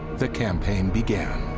the campaign began.